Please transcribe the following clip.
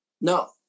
No